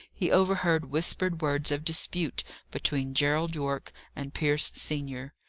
he overheard whispered words of dispute between gerald yorke and pierce senior,